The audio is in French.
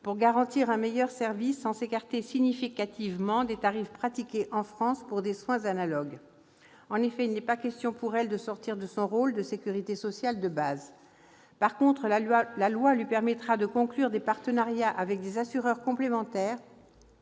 et garantir ainsi un meilleur service sans s'écarter significativement des tarifs pratiqués en France pour des soins analogues. En effet, il n'est pas question pour elle de sortir de son rôle de caisse de sécurité sociale de base. En revanche, la loi lui permettra de conclure des partenariats avec des assureurs complémentaires